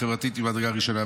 החברתית ממדרגה ראשונה.